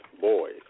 boys